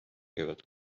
käivad